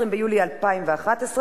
20 ביולי 2011,